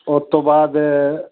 ਉਹ ਤੋਂ ਬਾਅਦ